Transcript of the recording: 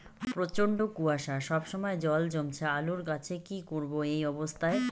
প্রচন্ড কুয়াশা সবসময় জল জমছে আলুর গাছে কি করব এই অবস্থায়?